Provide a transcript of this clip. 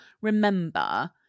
remember